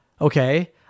okay